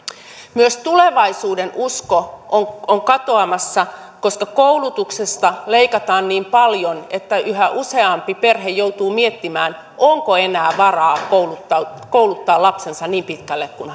myös tulevaisuudenusko on on katoamassa koska koulutuksesta leikataan niin paljon että yhä useampi perhe joutuu miettimään onko enää varaa kouluttaa kouluttaa lapsensa niin pitkälle kuin